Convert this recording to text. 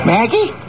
Maggie